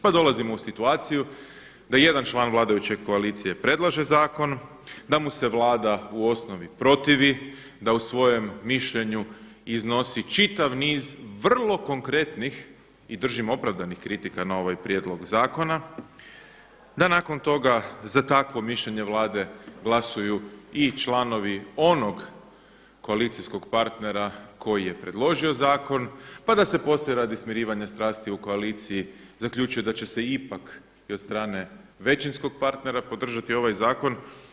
Pa dolazimo u situaciju da jedan član vladajuće koalicije predlaže zakon, da mu se Vlada u osnovi protivi, da u svojem mišljenju iznosi čitav niz vrlo konkretnih i držim opravdanih kritika na ovaj prijedlog zakona, da nakon toga za takvo mišljenje Vlade glasuju i članovi onog koalicijskog partnera koji je predložio zakon, pa da se poslije radi smirivanja strasti u koaliciji zaključuje da će se ipak i od strane većinskog partnera podržati ovaj zakon.